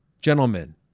gentlemen